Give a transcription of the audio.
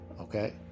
okay